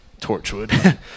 Torchwood